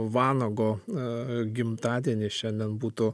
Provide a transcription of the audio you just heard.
vanago a gimtadienį šiandien būtų